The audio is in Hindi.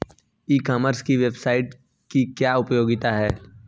ई कॉमर्स की वेबसाइट की क्या उपयोगिता है?